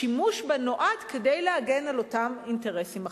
השימוש בה נועד להגן על אותם אינטרסים האחרים.